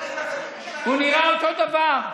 הוא נראה אותו דבר.